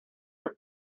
your